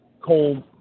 cold